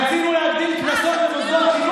מעניין מאוד.